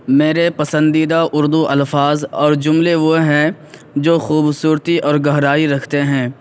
میرے پسندیدہ اردو الفاظ اور جملے وہ ہیں جو خوبصورتی اور گہرائی رکھتے ہیں